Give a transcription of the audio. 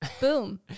Boom